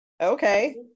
Okay